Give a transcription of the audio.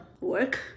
work